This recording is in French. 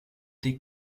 des